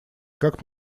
как